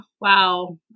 Wow